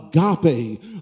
agape